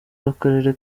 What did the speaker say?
w’akarere